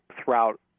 throughout